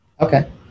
Okay